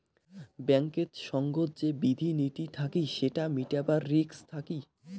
ব্যাঙ্কেত সঙ্গত যে বিধি নীতি থাকি সেটা মিটাবার রিস্ক থাকি